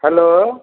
hello